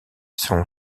son